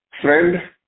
friend